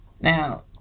Now